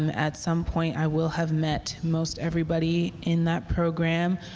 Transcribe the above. and at some point, i will have met most everybody in that program